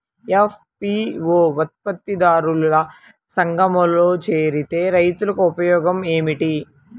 FPO ఉత్పత్తి దారుల సంఘములో చేరితే రైతులకు ఉపయోగము ఏమిటి?